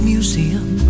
Museum